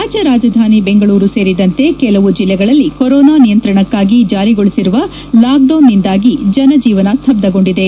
ರಾಜ್ಯ ರಾಜಧಾನಿ ಬೆಂಗಳೂರು ಸೇರಿದಂತೆ ಕೆಲವು ಜಲ್ಲೆಗಳಲ್ಲಿ ಕೊರೊನಾ ನಿಯಂತ್ರಣಕ್ಕಾಗಿ ಜಾರಿಗೊಳಿಸಿರುವ ಲಾಕ್ಡೌನ್ನಿಂದಾಗಿ ಜನಜೀವನ ಸ್ತಬ್ದಗೊಂಡಿದೆ